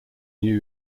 new